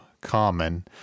common